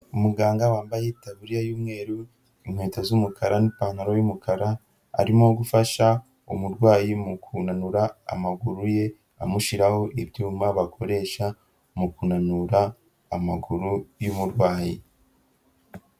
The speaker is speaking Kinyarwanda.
Umuganga wambaye itaburiya y'umweru, inkweto z'umukara n'ipantaro y'umukara. Arimo gufasha umurwayi mu kunanura amaguru ye amushiraho ibyuma bakoresha mu kunanura amaguru y'uburwayi.